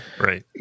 Right